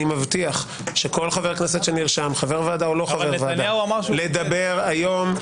אני מבטיח שכל חבר כנסת שנרשם לדבר היום,